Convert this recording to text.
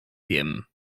wiem